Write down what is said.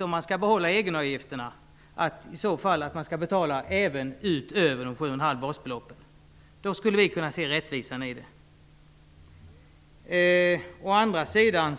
Om man skall behålla egenavgifterna är det också viktigt att man i så fall betalar dessa även på inkomst utöver 7,5 basbelopp. Då skulle vi kunna se rättvisan i det. Då liknar de å andra sidan